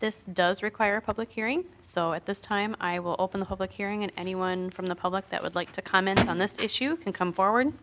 this does require a public hearing so at this time i will open the public hearing and anyone from the public that would like to comment on this issue can come forward